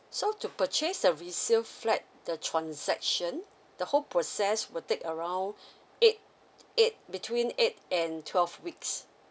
so to purchase a resale flat the transaction the whole process will take around eight eight between eight and twelve weeks